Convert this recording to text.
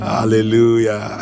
Hallelujah